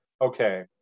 okay